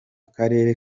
karere